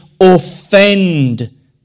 offend